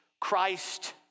Christ